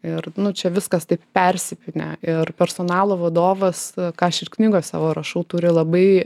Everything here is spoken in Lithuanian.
ir nu čia viskas taip persipynę ir personalo vadovas ką aš ir knygoj savo rašau turi labai